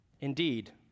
Indeed